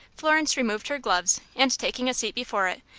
florence removed her gloves, and taking a seat before it,